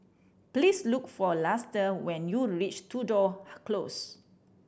please look for Luster when you reach Tudor Close